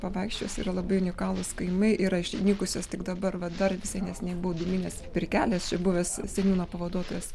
pavaikščiojus yra labai unikalūs kaimai yra išnykusios tik dabar va dar visai neseniai buvo dūminės pirkelės čia buvęs seniūno pavaduotojas